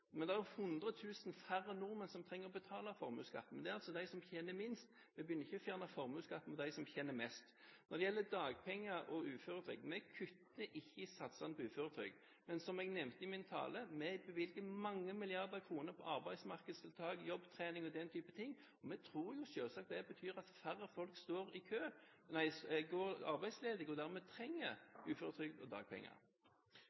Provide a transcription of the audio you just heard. Men det er 100 000 færre nordmenn som trenger å betale formuesskatt. Det er altså de som tjener minst. Vi begynner ikke å fjerne formuesskatten for dem som tjener mest. Når det gjelder dagpenger og uføretrygd: Vi kutter ikke i satsene på uføretrygd, men som jeg nevnte i min tale, bevilger vi mange milliarder kroner til arbeidsmarkedstiltak og jobbtrening og den type ting. Vi tror selvsagt det betyr at færre folk går arbeidsledige og dermed